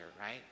right